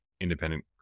independent